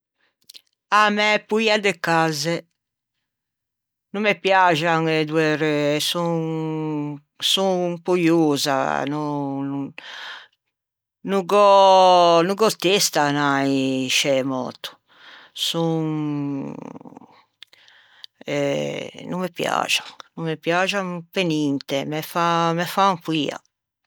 A mæ poia de cazze. No me piäxan e doe reue, son son poiôsa, no gh'ò testa à anâ in scê mòto, son no me piaxan no me piaxan pe ninte, me fa me fan poia